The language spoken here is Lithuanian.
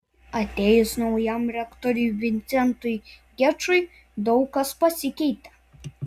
atėjus naujam rektoriui vincentui gečui daug kas pasikeitė